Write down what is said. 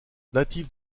natif